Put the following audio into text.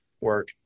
work